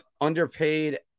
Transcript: underpaid